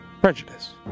Prejudice